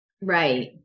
Right